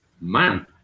man